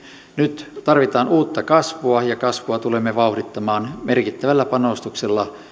nyt tarvitaan uutta kasvua ja kasvua tulemme vauhdittamaan merkittävällä panostuksella